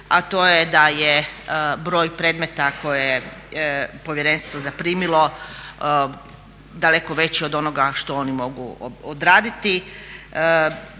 a to je da je broj predmeta koje je povjerenstvo zaprimilo daleko veće od onoga što oni mogu odraditi.